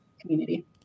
community